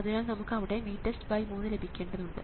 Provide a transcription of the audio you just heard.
അതിനാൽ നമുക്ക് അവിടെ VTEST3 ലഭിക്കേണ്ടതുണ്ട്